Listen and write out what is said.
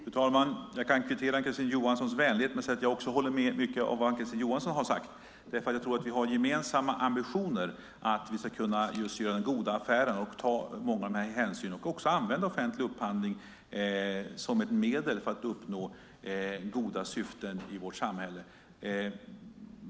Fru talman! Jag kan kvittera Ann-Kristine Johanssons vänlighet med att säga att jag håller med om mycket av vad hon har sagt. Jag tror att vi har en gemensam ambition att vi ska kunna göra goda affärer, ta många hänsyn och använda offentlig upphandling som ett medel för att uppnå goda syften i vårt samhälle.